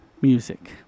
music